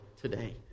today